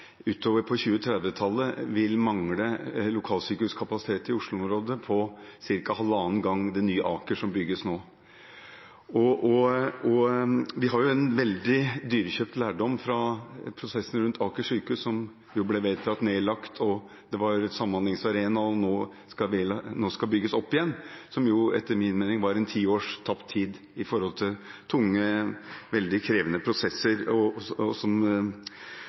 utover på 2020–2030-tallet vil mangle lokalsykehuskapasitet i Oslo-området på ca. halvannen gang det nye Aker, som bygges nå. Vi har også en veldig dyrekjøpt lærdom fra prosessen rundt Aker sykehus, som jo ble vedtatt nedlagt, og som var en samhandlingsarena, og som nå skal bygges opp igjen. Etter min mening var dette en ti års tapt tid med hensyn til tunge, veldig krevende prosesser,